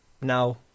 Now